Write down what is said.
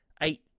eight